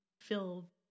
fill